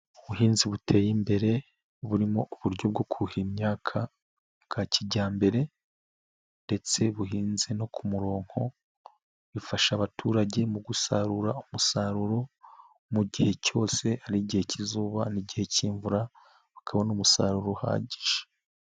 Ubuhinzi buteye imbere burimo uburyo bwo kuhira imyaka bwa kijyambere, ndetse buhinze no ku murongo, bifasha abaturage mu gusarura umusaruro mu gihe cyose, ari igihe cyizuba n'igihe cy'imvura, bakabona umusaruro uhagije.